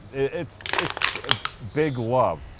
it's it's a big love,